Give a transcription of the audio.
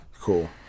Cool